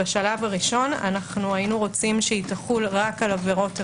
בשלב הראשון היינו רוצים שתחול רק על עבירות המין,